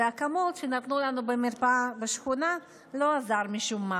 והאקמול שנתנו לנו במרפאה בשכונה משום מה